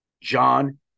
John